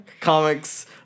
comics